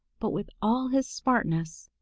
but with all his smartness,